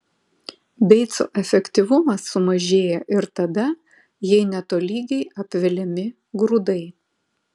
beico efektyvumas sumažėja ir tada jei netolygiai apveliami grūdai